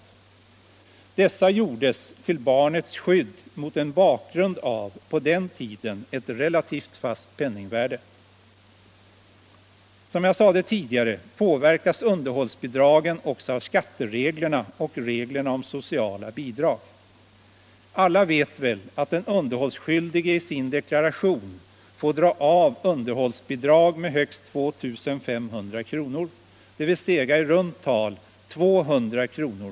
Dessa uttalanden gjordes till barnets skydd mot bakgrund av ett på den tiden relativt fast penningvärde. Som jag sade tidigare påverkas underhållsbidragen också av skattereglerna och reglerna om sociala bidrag. Alla vet väl att den underhållsskyldige i sin deklaration får dra av underhållsbidrag med högst 2 500 kr., dvs. i runt tal 200 kr.